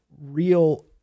real